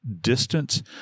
distance